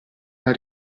una